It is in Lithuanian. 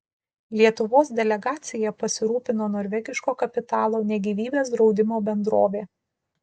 lietuvos delegacija pasirūpino norvegiško kapitalo ne gyvybės draudimo bendrovė